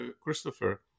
Christopher